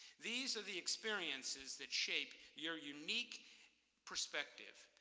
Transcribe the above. these are the experiences that shape your unique perspective,